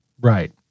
Right